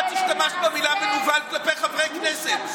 את השתמשת במילה "מנוול" כלפי חברי כנסת.